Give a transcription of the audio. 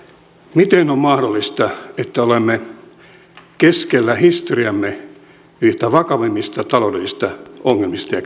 miten on mahdollista että olemme keskellä historiamme yhtä vakavimmista taloudellisista ongelmista ja